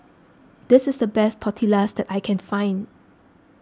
this is the best Tortillas I can find